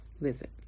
visit